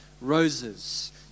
roses